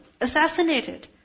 assassinated